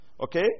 Okay